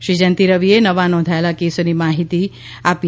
શ્રી જયંતિ રવિએ નવા નોંધાયેલા કેસોની માહિતી આ રીતે આપી